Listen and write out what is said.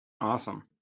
Awesome